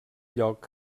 lloc